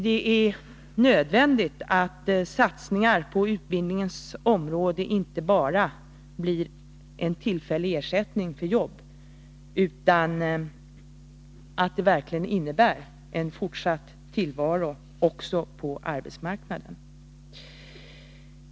Det är nödvändigt att satsningar på utbildningens område inte bara resulterar i en tillfällig ersättning för jobb, utan att de verkligen innebär en fortsatt tillvaro också på arbetsmarknaden.